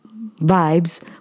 vibes